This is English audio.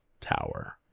tower